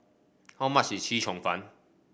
how much is Chee Cheong Fun